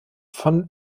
von